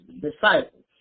disciples